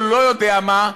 או לא יודע מה,